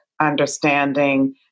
understanding